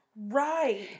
Right